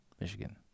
Michigan